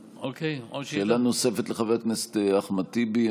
שאלה נוספת, לחבר הכנסת אחמד טיבי.